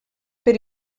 per